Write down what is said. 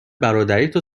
برادریتو